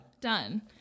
Done